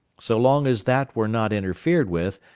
so long as that were not interfered with,